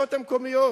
הרשויות המקומיות.